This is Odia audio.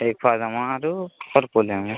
ନେଇ ପରାମା ଆରୁ ଆର ପଲେମି